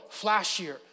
flashier